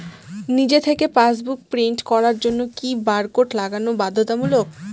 নিজে থেকে passbook print করার জন্য কি বারকোড লাগানো বাধ্যতামূলক?